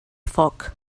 foc